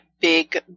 big